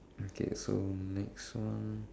okay so next one